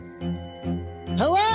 Hello